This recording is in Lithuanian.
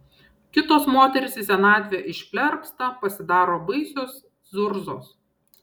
kitos moterys į senatvę išplerpsta pasidaro baisios zurzos